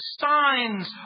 signs